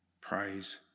Praise